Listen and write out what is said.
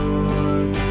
Lord